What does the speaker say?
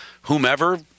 whomever